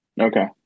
Okay